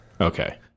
Okay